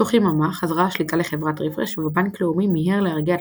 תוך יממה חזרה השליטה לחברת ריפרש ובנק לאומי מיהר להרגיע את